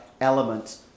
element